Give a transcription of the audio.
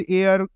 air